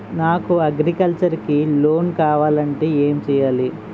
నాకు అగ్రికల్చర్ కి లోన్ కావాలంటే ఏం చేయాలి?